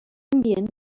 ambient